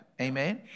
Amen